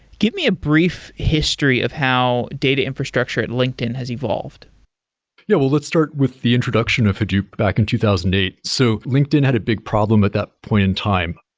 give me a brief history of how data infrastructure at linkedin has evolved yeah, well let's start with the introduction of hadoop back in two thousand and eight. so linkedin had a big problem at that point in time.